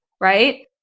right